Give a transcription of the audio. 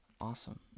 Awesome